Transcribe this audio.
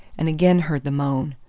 and again heard the moan.